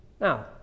Now